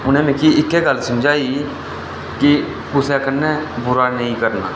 उ'नें मिगी इक्कै गल्ल समझाई ही कि कुसै कन्नै बुरा नेईं करना